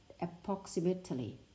approximately